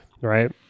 Right